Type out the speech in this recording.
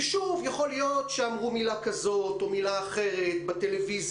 ושוב יכול להיות שאמרו מילה כזו או אחרת בטלוויזיה,